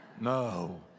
No